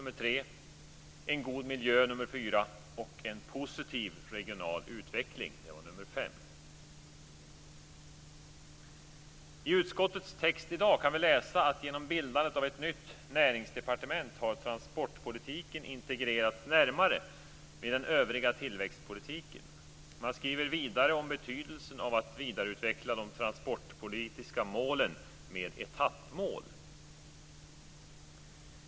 En god miljö. 5. En positiv regional utveckling. I utskottets text i dag kan vi läsa att genom bildandet av ett nytt näringsdepartement har transportpolitiken integrerats närmare med den övriga tillväxtpolitiken. Man skriver vidare om betydelsen av att vidareutveckla de transportpolitiska målen med etappmål.